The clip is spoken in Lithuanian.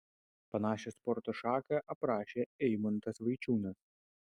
panašią sporto šaką aprašė eimuntas vaičiūnas